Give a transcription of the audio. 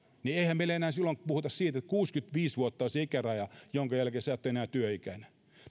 niin eihän meillä enää silloin puhuta että kuusikymmentäviisi vuotta on se ikäraja jonka jälkeen et ole enää työikäinen